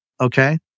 Okay